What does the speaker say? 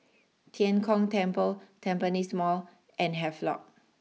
Tian Kong Temple Tampines Mall and Havelock